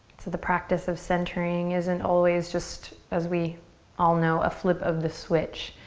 so the practice of centering isn't always just as we all know a flip of the switch.